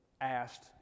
asked